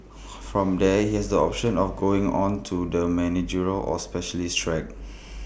from there he has the option of going on to the managerial or specialist track